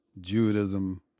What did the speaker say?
Judaism